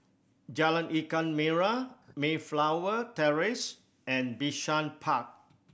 Jalan Ikan Merah Mayflower Terrace and Bishan Park